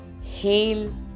Hail